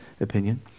opinion